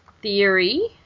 theory